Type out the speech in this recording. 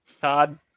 Todd